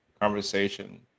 conversation